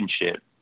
relationship